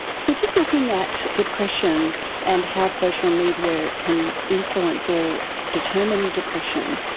so just looking at depression and how social media can influence or determine depression,